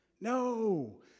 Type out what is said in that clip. no